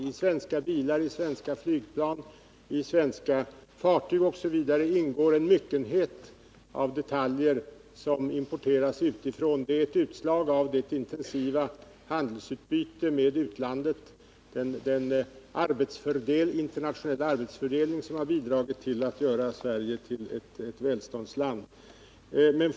I svenska bilar, svenska flygplan, svenska fartyg osv. ingår en myckenhet av detaljer som importeras utifrån. Det är ett utslag av vårt intensiva handelsutbyte med utlandet och den internationella arbetsfördelning som har bidragit till att göra Sverige till ett välståndsland.